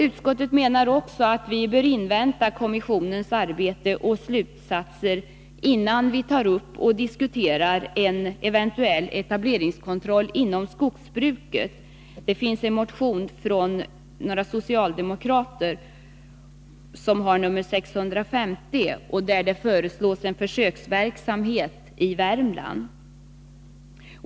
Utskottet menar också att vi bör invänta kommissionens arbete och slutsatser innan vi tar upp och diskuterar en eventuell etableringskontroll inom skogsbruket. Det finns en motion från några socialdemokrater, nr 650, där det föreslås en försöksverksamhet i Värmland.